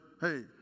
hey